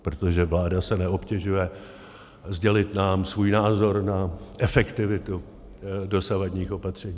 Protože vláda se neobtěžuje sdělit nám svůj názor na efektivitu dosavadních opatření.